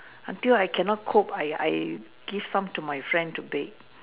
until I can not cope I I give some to my friend to bake